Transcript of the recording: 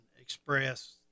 express